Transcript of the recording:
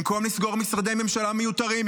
במקום לסגור משרדי ממשלה מיותרים,